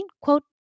quote